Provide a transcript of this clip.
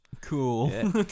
Cool